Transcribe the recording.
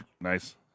Nice